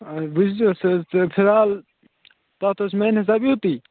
آ وُِچھ زیٚو تُہۍ تہِ فِلحال تَتھ اوس میٛانہِ حِسابہٕ یُتُے